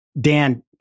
Dan